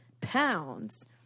pounds